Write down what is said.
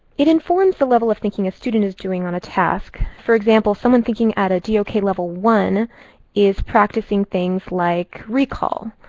it informs the level of thinking a student is doing on a task. for example, someone thinking at a dok level one is practicing things like recall.